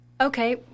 okay